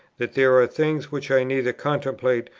that there are things which i neither contemplate,